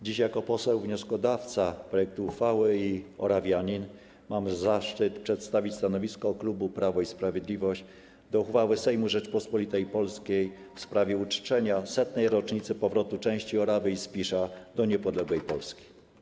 Dziś jako poseł wnioskodawca projektu uchwały i Orawianin mam zaszczyt przedstawić stanowisko klubu Prawo i Sprawiedliwość odnośnie do uchwały Sejmu Rzeczypospolitej Polskiej w sprawie uczczenia 100. rocznicy powrotu części Orawy i Spisza do niepodległej Polski.